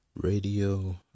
Radio